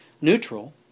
neutral